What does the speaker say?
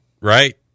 right